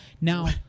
Now